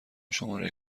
شماره